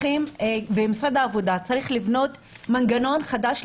משרד העבודה צריך לבנות מנגנון חדש,